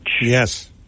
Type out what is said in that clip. Yes